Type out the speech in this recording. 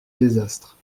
désastre